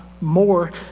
more